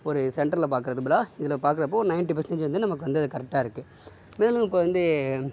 ஒரு சென்டர்ல பார்க்குறதுக்கு பதிலாக இதில் பார்க்குறப்போ ஒரு நயன்ட்டி பர்சன்டேஜ் வந்து நமக்கு வந்து அது கரெக்டாக இருக்குது மேலும் இப்போ வந்து